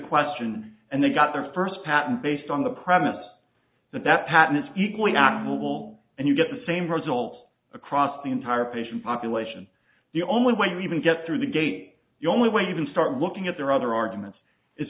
question and they got their first patent based on the premise that that patents equally admirable and you get the same result across the entire patient population the only way you even get through the gate the only way you can start looking at their other arguments is